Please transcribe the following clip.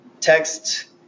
text